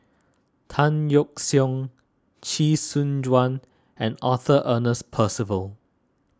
Tan Yeok Seong Chee Soon Juan and Arthur Ernest Percival